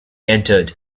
entered